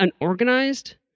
unorganized